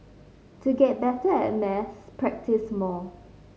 to get better at maths practise more